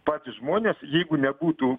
patys žmonės jeigu nebūtų